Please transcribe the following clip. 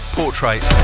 portrait